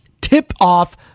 tip-off